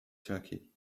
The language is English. turkey